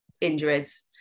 injuries